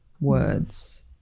words